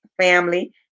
family